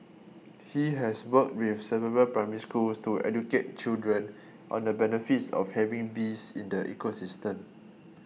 he has worked with several Primary Schools to educate children on the benefits of having bees in the ecosystem